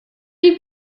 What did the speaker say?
you